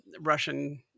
Russian